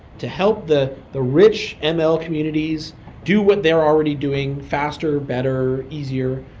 to help the the rich and ml communities do what they're already doing faster, better, easier.